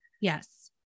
Yes